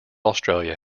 australia